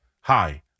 Hi